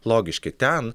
logiški ten